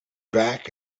back